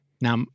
Now